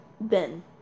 Ben